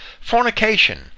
fornication